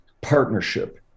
partnership